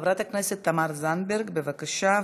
חברת הכנסת תמר זנדברג, בבקשה.